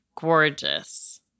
gorgeous